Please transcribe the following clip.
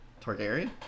Targaryen